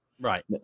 Right